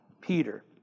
Peter